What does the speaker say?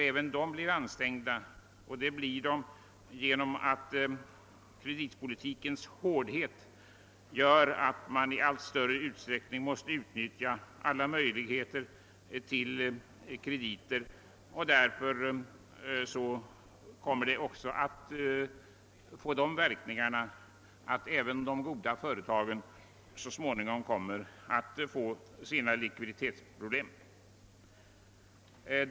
även de blir nämligen ansträngda genom den hårda kreditpolitiken, som medför att de i allt större utsträckning måste utnyttjas av sina handelspartner och därmed alla tillgängliga möjligheter till krediter tillvaratages. Detta kommer att leda till att även de goda företagen så småningom kommer att få likviditetsproblem.